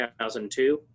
2002